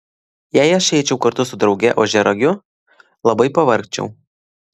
jei aš eičiau kartu su drauge ožiaragiu labai pavargčiau